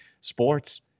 sports